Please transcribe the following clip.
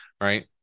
right